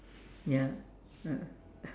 ya ah